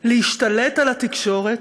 להשתלט על התקשורת: